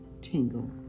tingle